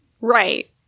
Right